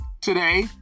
today